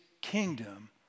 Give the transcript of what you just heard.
kingdom